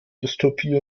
dystopie